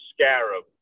Scarab